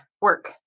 work